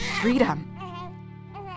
freedom